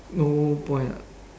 no point lah